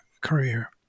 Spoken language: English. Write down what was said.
career